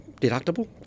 deductible